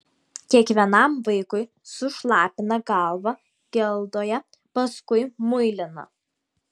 kiekvienam vaikui sušlapina galvą geldoje paskui muilina